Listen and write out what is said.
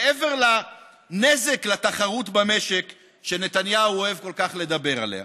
מעבר לנזק לתחרות במשק שנתניהו אוהב כל כך לדבר עליה,